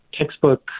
textbook